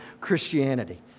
Christianity